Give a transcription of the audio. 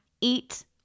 eat